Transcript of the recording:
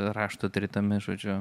raštų tritomį žodžiu